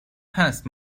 هست